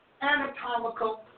anatomical